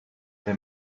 they